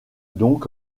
donc